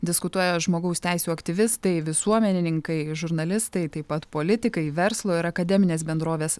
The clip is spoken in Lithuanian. diskutuoja žmogaus teisių aktyvistai visuomenininkai žurnalistai taip pat politikai verslo ir akademinės bendrovės